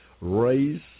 Race